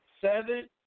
Seven